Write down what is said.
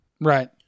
Right